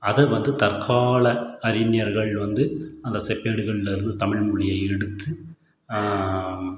அதை வந்து தற்கால அறிஞர்கள் வந்து அந்த செப்பேடுகள்லருந்து தமிழ் மொழியை எடுத்து